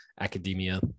academia